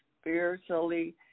spiritually